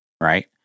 Right